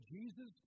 Jesus